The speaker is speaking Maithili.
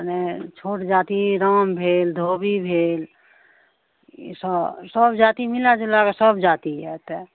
हने छोट जाति राम भेल धोबी भेल ई सब जाति मिला जुला कऽ सब जाति यऽ एतऽ